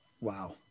wow